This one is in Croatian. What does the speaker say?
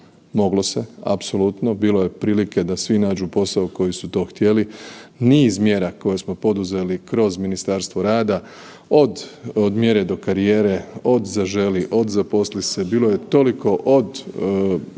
moglo se, apsolutno, bilo je prilike da svi nađu posao koji su to htjeli. Niz mjera koje smo poduzeli kroz Ministarstvo rada, od Od mjere do karijeri, od Zaželi, od Zaposli se, bilo je toliko, od